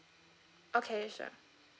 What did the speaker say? okay sure